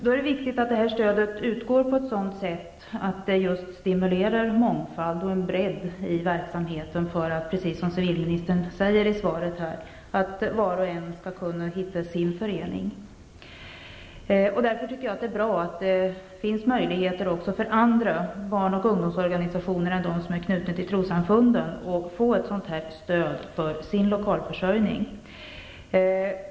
Då är det viktigt att stödet utgår på ett sådant sätt att det just stimulerar mångfalden och bredden i verksamheten för att, precis som civilministern säger, var och en skall kunna hitta sin förening. Därför tycker jag att det är bra att det finns möjligheter även för andra barnoch ungdomsorganisationer än dem som är knutna till trossamfunden att få ett sådant stöd för sin lokalförsörjning.